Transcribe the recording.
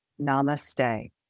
namaste